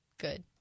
good